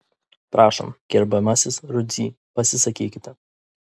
prašom gerbiamasis rudzy pasisakykite